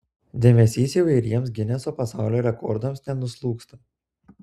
dėmesys įvairiems gineso pasaulio rekordams nenuslūgsta